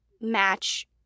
match